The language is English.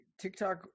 TikTok